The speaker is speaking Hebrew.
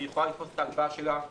היא יכולה לפרוס את ההלוואה שלה